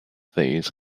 these